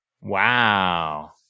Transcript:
Wow